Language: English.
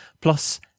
plus